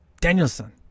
Danielson